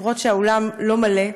גם אם האולם לא מלא: